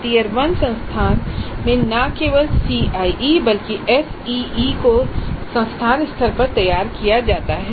tier 1 संस्थान में न केवल CIE बल्कि SEE को संस्थान स्तर पर तैयार किया जाता है